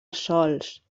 sòls